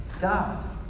God